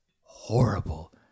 horrible